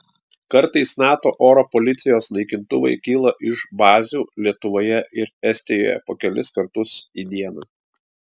kartais nato oro policijos naikintuvai kyla iš bazių lietuvoje ir estijoje po kelis kartus į dieną